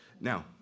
Now